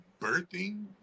birthing